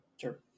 Sure